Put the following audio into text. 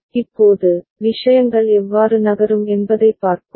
இப்போது விஷயங்கள் எவ்வாறு நகரும் என்பதைப் பார்ப்போம்